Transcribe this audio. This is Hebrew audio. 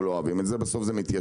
או לא אוהבים את זה בסוף זה מתיישב.